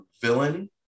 villain